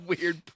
weird